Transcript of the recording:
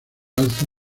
alza